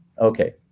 okay